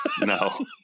no